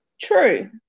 True